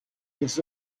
his